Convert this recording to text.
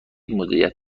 مدیریت